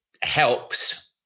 helps